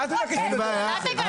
אין בעיה,